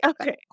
okay